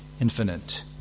infinite